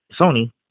Sony